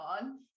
on